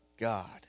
God